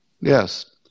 yes